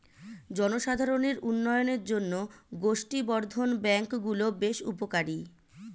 জনসাধারণের উন্নয়নের জন্য গোষ্ঠী বর্ধন ব্যাঙ্ক গুলো বেশ উপকারী